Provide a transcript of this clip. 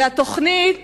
והתוכנית